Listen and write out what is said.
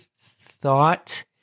thought